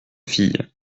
filles